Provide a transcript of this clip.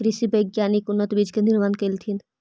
कृषि वैज्ञानिक उन्नत बीज के निर्माण कलथिन